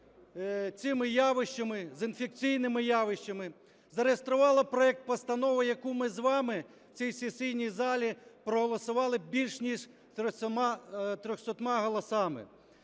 цими явищами, з інфекційними явищами, зареєструвала проект постанови, яку ми з вами в цій сесійній залі проголосували більш ніж 300 голосами.